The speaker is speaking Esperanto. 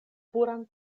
puran